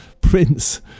Prince